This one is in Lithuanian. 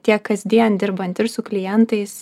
tiek kasdien dirbant ir su klientais